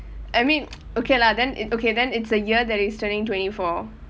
I mean okay lah then it okay then it's a year that he's turning twenty four